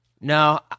No